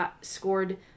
scored